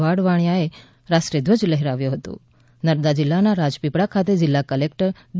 વાઢ વાણિયાએ રાષ્ટ્રધ્વજ લહેરાવ્યો હતો નર્મદા જીલ્લાના રાજપીપળા ખાતે જીલ્લા કલેકટર ડી